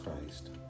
Christ